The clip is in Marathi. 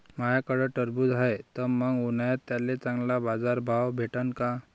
माह्याकडं टरबूज हाये त मंग उन्हाळ्यात त्याले चांगला बाजार भाव भेटन का?